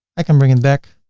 i can bring it back.